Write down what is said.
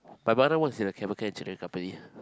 my brother works in a chemical engineering company